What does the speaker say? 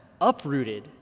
uprooted